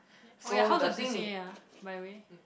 ya oh ya how's your C_C_A ah by the way